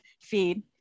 feed